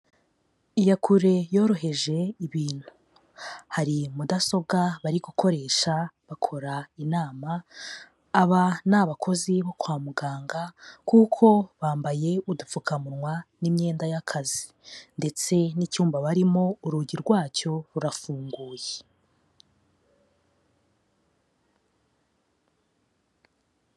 Iyakure yoroheje ibintu, hari mudasobwa bari gukoresha bakora inama, aba ni abakozi bo kwa muganga kuko bambaye udupfukamunwa n'imyenda y'akazi ndetse n'icyumba barimo, urugi rwacyo rurafunguye.